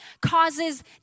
causes